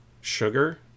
sugar